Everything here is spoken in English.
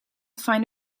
find